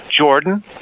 jordan